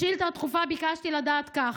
בשאילתה הדחופה ביקשתי לדעת כך: